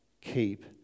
keep